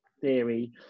theory